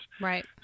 right